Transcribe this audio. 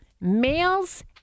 males